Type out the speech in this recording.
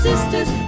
Sisters